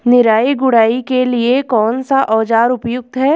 निराई गुड़ाई के लिए कौन सा औज़ार उपयुक्त है?